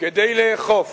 כדי לאכוף